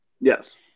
Yes